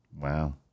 Wow